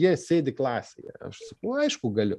jie sėdi klasėje aš sakau aišku galiu